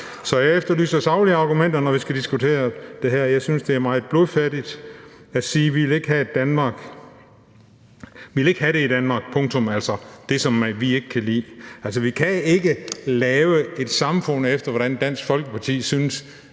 Så jeg efterlyser saglige argumenter, når vi skal diskutere det her. Jeg synes, det er meget blodfattigt at sige, at vi ikke vil have det, som vi ikke kan lide, i Danmark – punktum. Altså, vi kan ikke lave et samfund, efter hvordan Dansk Folkeparti synes